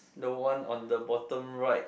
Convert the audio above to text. the one on the bottom right